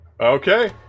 Okay